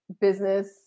business